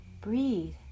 breathe